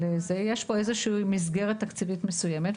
יש פה איזושהי מסגרת תקציבית מסוימת,